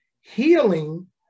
healing